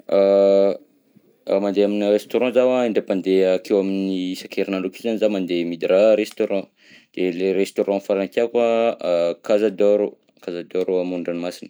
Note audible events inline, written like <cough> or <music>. <hesitation> Raha mandeha aminà restaurant zaho an indray mpandeha akeo amin'ny isan-kerinandro akeo zany zaho mandeha midira restaurant, de le restaurant farany tiàko an casa d'or, casa d'or amoron-dranomasina.